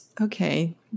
Okay